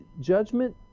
Judgment